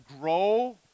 grow